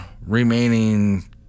remaining